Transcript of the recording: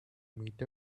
meet